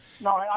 No